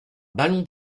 ballon